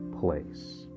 place